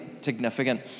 Significant